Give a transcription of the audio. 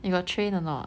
you got train or not